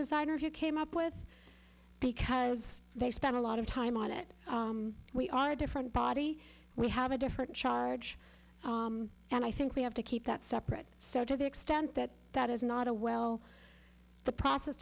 designers you came up with because they spent a lot of time on it we are a different body we have a different charge and i think we have to keep that separate so to the extent that that is not a well the process